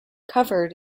covered